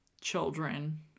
children